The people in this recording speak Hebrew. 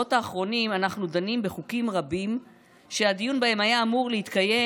בשבועות האחרונים אנחנו דנים בחוקים רבים שהדיון בהם היה אמור להתקיים,